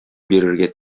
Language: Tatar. бирергә